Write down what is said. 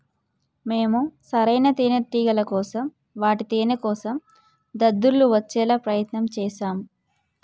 మేము సరైన తేనేటిగల కోసం వాటి తేనేకోసం దద్దుర్లు వచ్చేలా ప్రయత్నం చేశాం